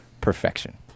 perfection